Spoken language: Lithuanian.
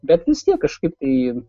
bet vis tiek kažkaip tai